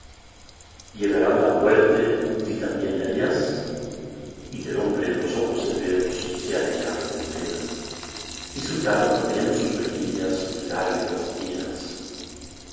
llevarán la muertef di también ellas y del hombre los ojos severos se anegaron en pena y surcaron también sus mejillas lágrimas